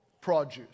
produce